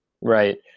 right